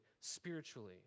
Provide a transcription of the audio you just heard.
spiritually